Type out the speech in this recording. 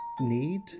need